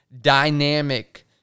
dynamic